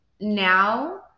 now